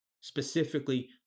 Specifically